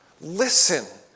Listen